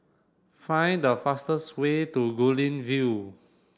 find the fastest way to Guilin View